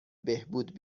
بهبود